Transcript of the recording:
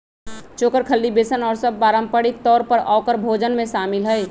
चोकर, खल्ली, बेसन और सब पारम्परिक तौर पर औकर भोजन में शामिल हई